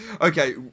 Okay